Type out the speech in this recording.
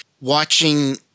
watching